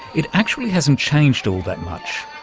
it actually hasn't changed all that much,